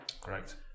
Correct